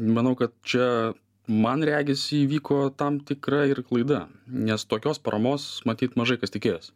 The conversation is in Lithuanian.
manau kad čia man regis įvyko tam tikra ir klaida nes tokios paramos matyt mažai kas tikėjosi